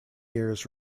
years